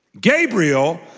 Gabriel